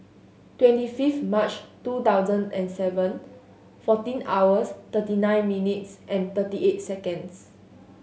twenty fifth March two thousand and seven fourteen hours thirty nine minutes and thirty eight seconds